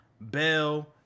Bell